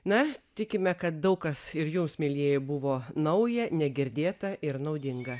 na tikime kad daug kas ir jums mielieji buvo nauja negirdėta ir naudinga